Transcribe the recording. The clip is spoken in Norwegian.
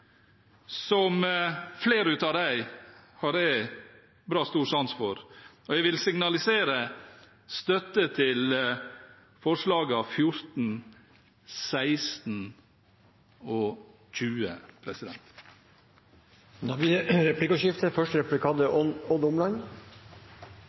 Flere av dem har jeg stor sans for, og jeg vil signalisere støtte til forslagene nr. 14, 16 og 20. Det blir replikkordskifte.